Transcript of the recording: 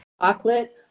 chocolate